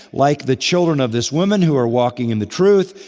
like the children of this woman who are walking in the truth,